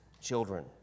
children